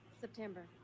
September